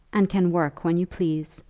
and can work when you please,